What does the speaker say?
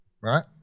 Right